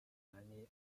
many